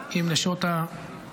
עם נשות הנופלים.